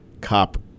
cop